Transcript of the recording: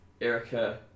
Erica